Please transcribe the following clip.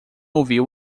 ouviu